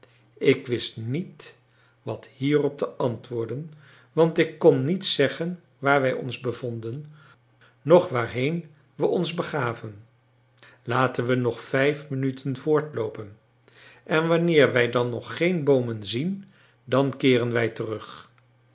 ik wist niet wat hierop te antwoorden want ik kon niet zeggen waar wij ons bevonden noch waarheen we ons begaven laten wij nog vijf minuten voortloopen en wanneer wij dan nog geen boomen zien dan keeren wij terug